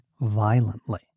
violently